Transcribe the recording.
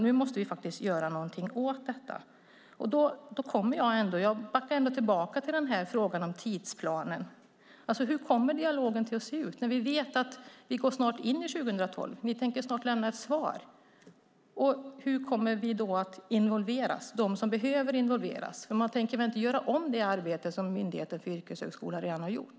Nu måste vi faktiskt göra någonting åt detta. Då backar jag ändå tillbaka till frågan om tidsplanen. Hur kommer dialogen att se ut? Vi vet att vi snart går in i 2012. Ni tänker snart lämna ett svar. Hur kommer de att involveras som behöver involveras? Man tänker väl inte göra om det arbete som Myndigheten för yrkeshögskolan redan har gjort?